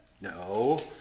No